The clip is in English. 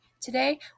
today